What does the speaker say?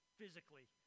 physically